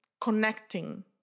connecting